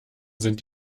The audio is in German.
sind